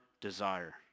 desire